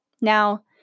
Now